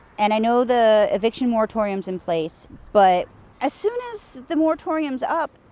and i know the eviction moratorium's in place but as soon as the moratorium's up,